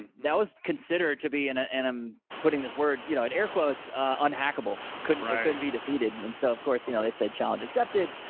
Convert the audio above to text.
and that was considered to be and ah and i'm putting this word you know at air quotes unhackable. it couldn't be defeated. and and so of course you know they said, challenge accepted.